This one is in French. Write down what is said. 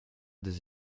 des